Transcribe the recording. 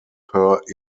per